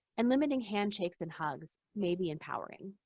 and limiting handshakes and hugs may be empowering.